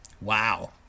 Wow